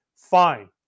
Fine